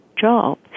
job